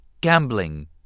Gambling